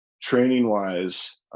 training-wise